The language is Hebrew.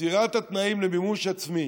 יצירת התנאים למימוש עצמי